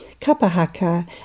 kapahaka